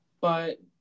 but-